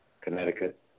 Connecticut